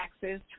taxes